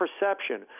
perception